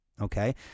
Okay